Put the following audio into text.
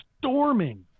storming